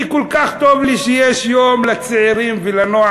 אני, כל כך טוב לי שיש יום לצעירים ולנוער.